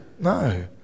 No